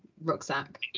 rucksack